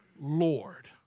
Lord